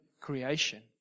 creation